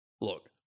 Look